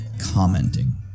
commenting